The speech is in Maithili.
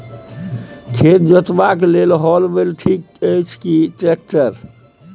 खेत जोतबाक लेल हल बैल ठीक अछि की ट्रैक्टर?